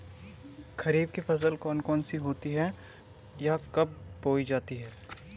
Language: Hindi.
खरीफ की फसल कौन कौन सी होती हैं यह कब बोई जाती हैं?